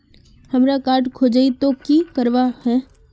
हमार कार्ड खोजेई तो की करवार है?